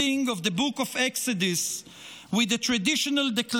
of the book of Exodus with the declaration,